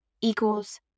equals